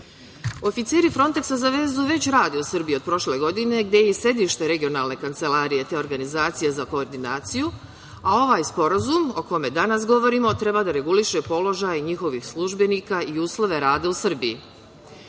Fronteksa za vezu već rade u Srbiji od prošle godine, gde je i sedište regionalne kancelarije te organizacije za koordinaciju. Ovaj Sporazum o kome danas govorimo treba da reguliše položaj njihovih službenika i uslove rada u Srbiji.U